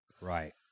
right